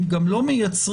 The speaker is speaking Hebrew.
גם לא מייצרים,